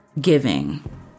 Giving